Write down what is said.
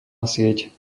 sieť